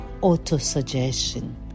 auto-suggestion